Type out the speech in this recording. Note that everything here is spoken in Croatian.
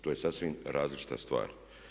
To je sasvim različita stvar.